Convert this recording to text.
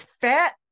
fat